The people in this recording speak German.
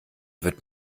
wird